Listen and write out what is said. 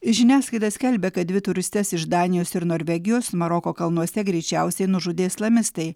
žiniasklaida skelbia kad dvi turistes iš danijos ir norvegijos maroko kalnuose greičiausiai nužudė islamistai